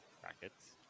brackets